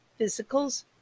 physicals